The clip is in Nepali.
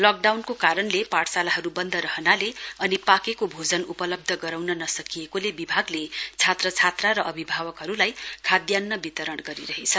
लकडाउनको कारणले पाठशालाहरु वन्द रहनाले अनि पाकेको भोजन उपलब्ध गराउन नसकिएकोले विभागले छात्र छात्रा र अभिभावकहरुलाई खाद्यान्न वितरण गरिरहेछ